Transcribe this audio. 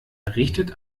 errichtet